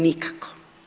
Nikako.